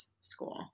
school